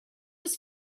was